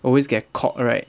always get caught right